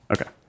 Okay